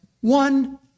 One